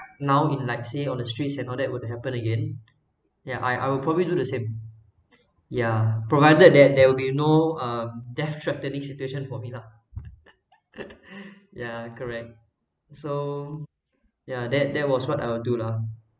now in see you on the streets and all that would happen again yeah I I would probably do the same ya provided that there will be no uh death threatening situation for me lah ya correct so ya that that was what I will do lah